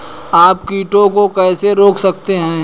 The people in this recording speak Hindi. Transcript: आप कीटों को कैसे रोक सकते हैं?